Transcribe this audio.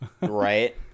right